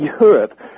Europe